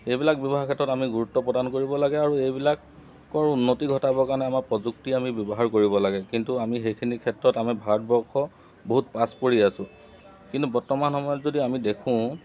এইবিলাক ব্যৱহাৰ ক্ষেত্ৰত আমি গুৰুত্ব প্ৰদান কৰিব লাগে আৰু এইবিলাকৰ উন্নতি ঘটাবৰ কাৰণে আমাৰ প্ৰযুক্তি আমি ব্যৱহাৰ কৰিব লাগে কিন্তু আমি সেইখিনি ক্ষেত্ৰত আমি ভাৰতবৰ্ষ বহুত পাছ পৰি আছো কিন্তু বৰ্তমান সময়ত যদি আমি দেখোঁ